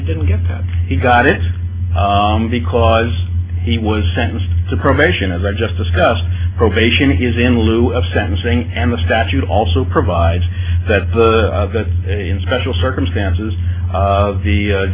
he didn't get that he got it because he was sentenced to probation as i just discussed probation he's in lieu of sentencing and the statute also provides that the that in special circumstances of the